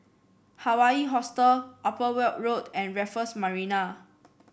Hawaii Hostel Upper Weld Road and Raffles Marina